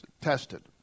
tested